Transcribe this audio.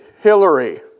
Hillary